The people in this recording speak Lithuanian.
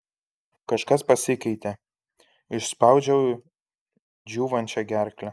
kažkas pasikeitė išspaudžiau džiūvančia gerkle